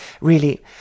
Really